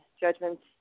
judgments